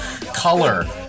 Color